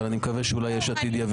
אבל אני מקווה שאולי יש עתיד יבינו.